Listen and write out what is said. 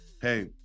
hey